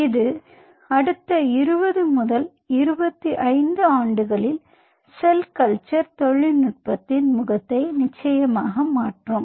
இது அடுத்த 20 முதல் 25 ஆண்டுகளில் செல் கல்ச்சர் தொழில்நுட்பத்தின் முகத்தை நிச்சயமாக மாற்றும்